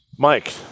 Mike